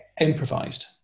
Improvised